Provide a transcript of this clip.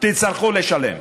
תצטרכו לשלם.